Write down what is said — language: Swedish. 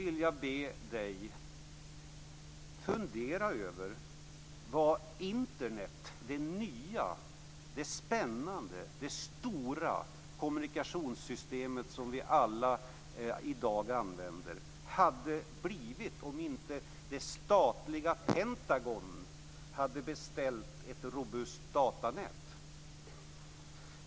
Internet, det nya, spännande, stora kommunikationssystem som vi alla i dag använder hade blivit om inte det statliga Pentagon hade beställt ett robust datanät.